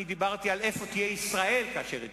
אני דיברתי על איפה תהיה ישראל כאשר יתקפו,